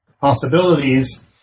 possibilities